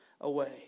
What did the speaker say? away